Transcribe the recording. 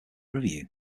review